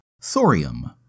Thorium